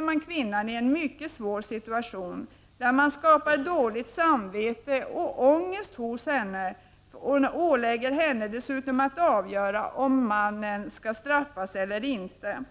man kvinnan i en mycket svår situation, när man skapar dåligt samvete och ångest hos henne och dessutom ålägger henne att avgöra om mannen skall straffas eller inte.